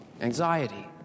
Anxiety